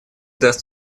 даст